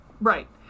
Right